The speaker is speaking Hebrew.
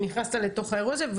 שנכנסת לתוך האירוע הזה.